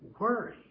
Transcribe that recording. worry